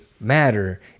matter